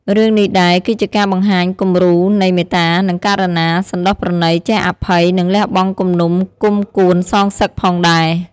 រឿងនេះដែរ គឺជាការបង្ហាញគំរូនៃ មេត្តា និងករុណា សណ្តោសប្រណីចេះអភ័យ និងលះបង់គំនុំគំគួនសងសឹកផងដែរ ។